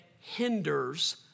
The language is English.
hinders